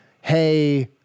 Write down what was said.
hey